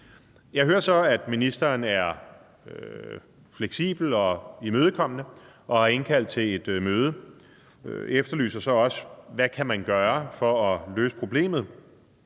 Jeg hører så, at ministeren er fleksibel og imødekommende og har indkaldt til et møde. Jeg efterlyser så også forslag til, hvad man kan gøre for at løse problemet.